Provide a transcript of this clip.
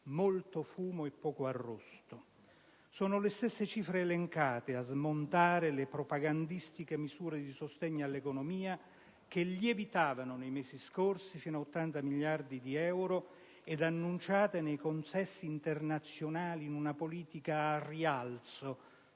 molto fumo e poco arrosto. Sono le stesse cifre elencate a smontare le propagandistiche misure di sostegno all'economia che lievitavano nei mesi scorsi fino a 80 miliardi di euro ed annunciate nei consessi internazionali in una politica al rialzo,